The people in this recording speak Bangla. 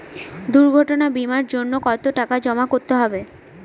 দুর্ঘটনা বিমার জন্য কত টাকা জমা করতে হবে?